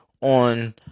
on